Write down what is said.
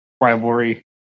rivalry